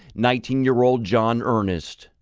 nineteen year old john earnest.